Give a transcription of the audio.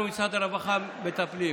אנחנו במשרד הרווחה מטפלים.